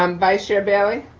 um vice-chair bailey.